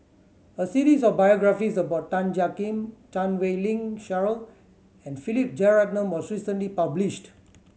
a series of biographies about Tan Jiak Kim Chan Wei Ling Cheryl and Philip Jeyaretnam was recently published